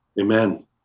Amen